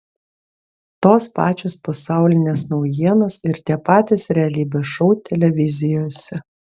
tos pačios pasaulinės naujienos ir tie patys realybės šou televizijose